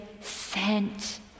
sent